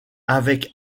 avec